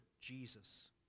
Jesus